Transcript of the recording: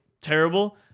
terrible